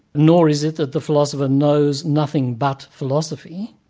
nor is it that the philosopher knows nothing but philosophy,